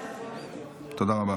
תודה רבה.